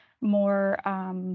more